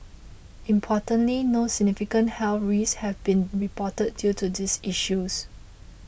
importantly no significant health risks have been reported due to these issues